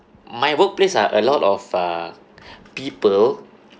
my workplace ah a lot of uh people